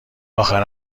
آخر